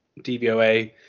DVOA